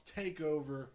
takeover